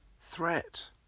threat